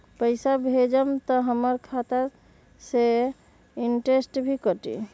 पैसा भेजम त हमर खाता से इनटेशट भी कटी?